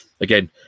again